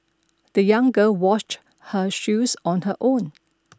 the young girl washed her shoes on her own